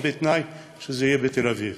ובתנאי שזה יהיה בתל-אביב.